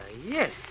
Yes